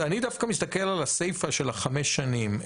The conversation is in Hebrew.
אני דווקא מסתכל על הסיפה של החמש שנים.